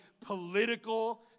political